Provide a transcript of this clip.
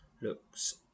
looks